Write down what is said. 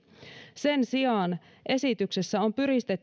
sen sijaan esityksessä on